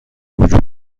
وجود